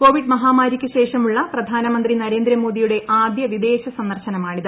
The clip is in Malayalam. കോവിഡ് മഹാമാരിയ്ക്ക് ശേഷമുള്ള പ്രധാനമന്ത്രി നരേന്ദ്ര മോദിയുടെ ആദ്യ വിദേശ സന്ദർശനമാണിത്